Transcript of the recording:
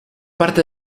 parte